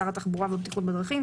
שר התחבורה והבטיחות בדרכים,